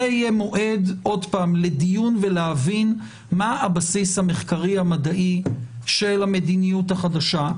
זה יהיה מועד לדיון ולהבין מה הבסיס המחקרי המדעי של המדיניות החדשה.